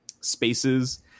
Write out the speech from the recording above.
spaces